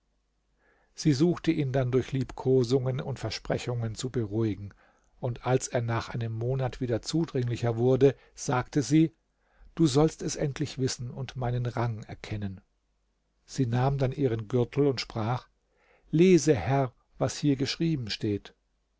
sie suchte ihn dann durch liebkosungen und versprechungen zu beruhigen und als er nach einem monat wieder zudringlicher wurde sagte sie du sollst es endlich wissen und meinen rang erkennen sie nahm dann ihren gürtel und sprach lese herr was hier geschrieben steht